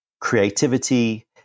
creativity